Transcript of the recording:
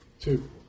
Two